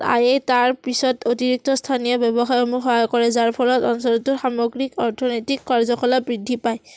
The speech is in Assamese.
আয়ে তাৰপিছত অতিৰিক্ত স্থানীয় ব্যৱসায়সমূহ সহায় কৰে যাৰ ফলত অঞ্চলটোৰ সামগ্ৰিক অৰ্থনৈতিক কাৰ্যকলাপ বৃদ্ধি পায়